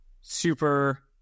super